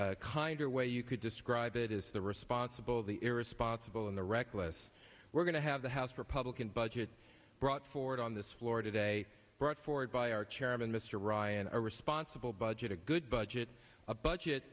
kinder way you could describe it is the responsible the irresponsible and the reckless we're going to have the house republican budget brought forward on this floor today brought forward by our chairman mr ryan a responsible budget a good budget a budget